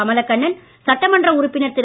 கமலக்கண்ணன் சட்டமன்ற உறுப்பினர் திரு